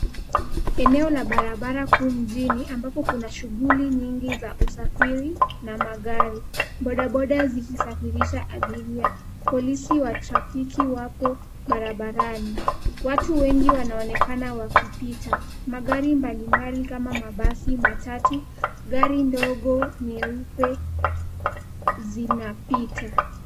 Eneo la barabara kuu mjini ambapo kuna shughuli nyingi za usafiri na magari. Bodaboda zikisafirisha abiria. Polisi wa trafiki wapo barabarani. Watu wengi wanaonekana wakipita. Magari mbalimbali kama mabasi, matatu, gari ndogo nyeupe zinapita.